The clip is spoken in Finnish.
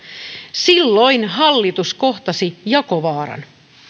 silloin hallitus kohtasi jakovaaran